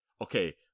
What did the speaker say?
okay